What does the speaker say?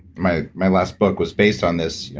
my my last book was based on this,